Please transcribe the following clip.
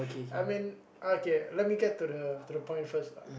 I mean okay let me get to the to the point first lah